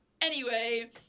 Anyway-